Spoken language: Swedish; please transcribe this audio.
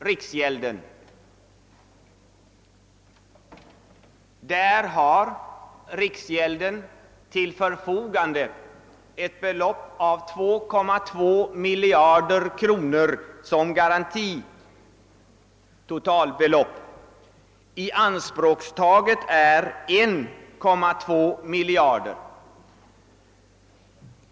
Riksgälden har därvid till sitt förfogande ett totalbelopp på 2,2 miljarder. Ianspråktagna är 1,2 miljarder.